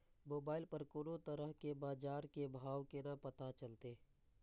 Mobile पर कोनो तरह के बाजार के भाव केना पता चलते?